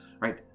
right